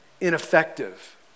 ineffective